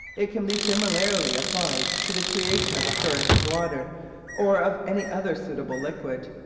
it can be similarly applied to the creation of a current of water or of any other suitable liquid.